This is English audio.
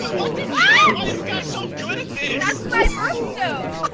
but you guys so good good my heart stone